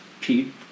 Pete